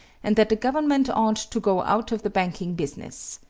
and that the government ought to go out of the banking business.